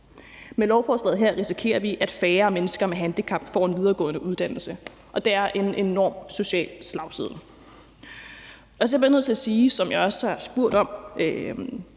Med lovforslaget her risikerer vi, at færre mennesker med handicap får en videregående uddannelse, og det er en enorm social slagside. Så bliver jeg nødt til at sige, hvilket jeg også har også spurgt til